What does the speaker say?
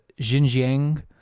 Xinjiang